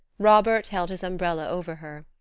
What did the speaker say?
robert held his umbrella over her.